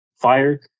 fire